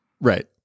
Right